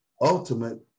ultimate